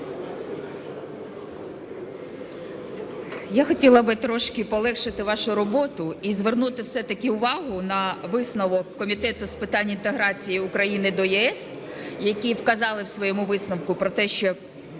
Я хотіла б трішки полегшити вашу роботу і звернути все-таки увагу на висновок Комітету з питань інтеграції України до ЄС, які вказали у своєму висновку про те, що